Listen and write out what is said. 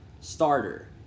Starter